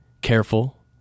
careful